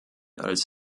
als